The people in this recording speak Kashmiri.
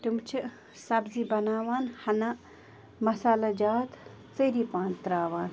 تِم چھِ سَبزی بَناوان ہَنا مَسالَہ جات ژٔری پَہَم ترٛاوان